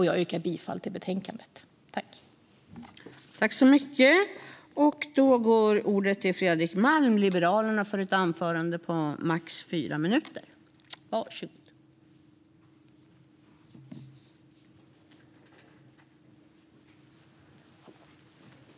Jag yrkar bifall till förslaget i betänkandet.